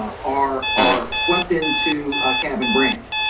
are are swept into a kevin branch.